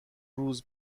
روز